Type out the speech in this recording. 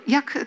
Jak